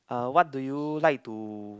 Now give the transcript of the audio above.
uh what do you like to